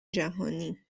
جهانی